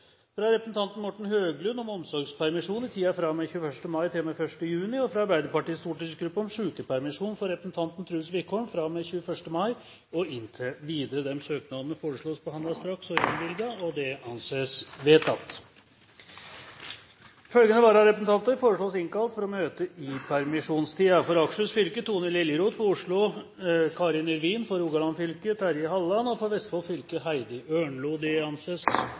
fra representanten Morten Høglund om omsorgspermisjon i tiden fra og med 21. mai til og med 1. juni fra Arbeiderpartiets stortingsgruppe om sykepermisjon for representanten Truls Wickholm fra og med 21. mai og inntil videre Etter forslag fra presidenten ble enstemmig besluttet: Søknadene behandles straks og innvilges. Følgende vararepresentanter innkalles for å møte i permisjonstiden: For Akershus fylke: Tone LiljerothFor Oslo: Karin YrvinFor Rogaland fylke: Terje HallelandFor Vestfold fylke: Heidi Ørnlo